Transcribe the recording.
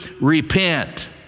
repent